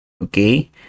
Okay